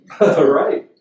right